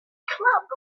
club